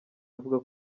avuga